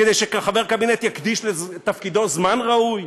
כדי שחבר קבינט יקדיש לתפקידו זמן ראוי?